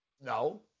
No